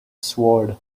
sword